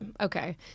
okay